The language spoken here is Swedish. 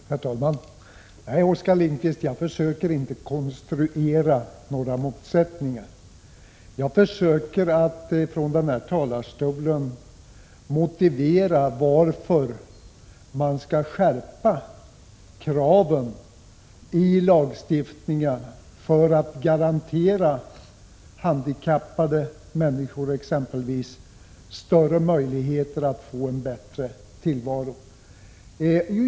Herr talman! Nej, Oskar Lindkvist, jag försöker inte konstruera några motsättningar. Jag försöker att från denna talarstol motivera varför man skall skärpa lagens krav för att exempelvis garantera handikappade människor möjligheter till en bättre tillvaro.